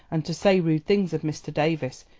and to say rude things of mr. davies.